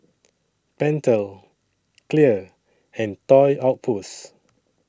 Pentel Clear and Toy Outpost